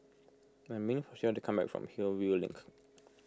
I for Sheilah to come back from Hillview Link